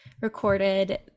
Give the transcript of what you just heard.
recorded